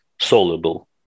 soluble